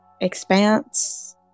expanse